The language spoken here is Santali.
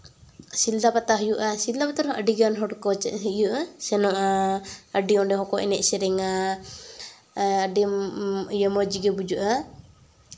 ᱥᱤᱞᱫᱟᱹ ᱯᱟᱛᱟ ᱦᱩᱭᱩᱜᱼᱟ ᱥᱤᱞᱫᱟᱹ ᱯᱟᱛᱟ ᱨᱮᱦᱚᱸ ᱟᱹᱰᱤᱜᱟᱱ ᱦᱚᱲᱠᱚ ᱥᱮᱱᱚᱜᱼᱟ ᱟᱹᱰᱤ ᱚᱸᱰᱮ ᱦᱚᱸᱠᱚ ᱮᱱᱮᱡ ᱥᱮᱨᱮᱧᱟ ᱟᱹᱰᱤ ᱢᱚᱡᱽᱜᱮ ᱵᱩᱡᱟᱹᱜᱼᱟ